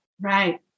right